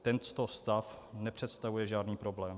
Tento stav nepředstavuje žádný problém.